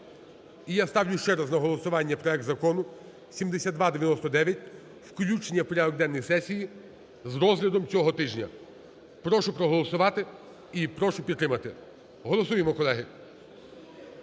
я ставлю ще раз на голосування проект Закону 7299: включення в порядок денний сесії з розглядом цього тижня. Прошу проголосувати і прошу підтримати. Голосуємо, колеги.